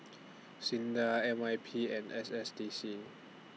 SINDA N Y P and S S D C